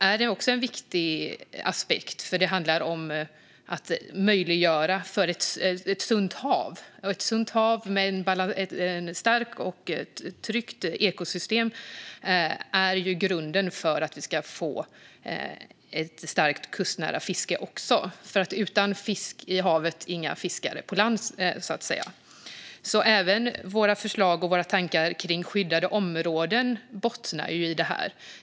Det är också en viktig åtgärd, för det handlar om att möjliggöra ett sunt hav. Ett sunt hav med ett starkt och tryggt ekosystem är grunden för ett starkt kustnära fiske, för utan fisk i havet, inga fiskare. Även våra tankar och förslag om skyddade områden bottnar i detta.